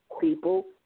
people